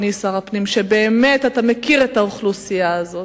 שבאמת מכיר את האוכלוסייה הזאת,